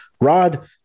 Rod